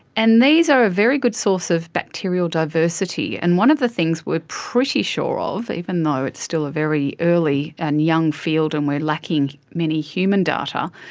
and these are a very good source of bacterial diversity. and one of the things we are pretty sure of, even though it's still a very early and young field and we are lacking many human data,